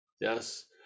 Yes